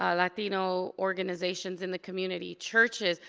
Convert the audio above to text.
ah latino organizations in the community, churches.